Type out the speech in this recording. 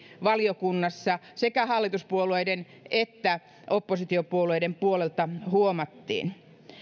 valiokunnassa sekä hallituspuolueiden että oppositiopuolueiden puolelta huomattiin